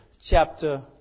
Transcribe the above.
chapter